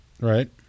right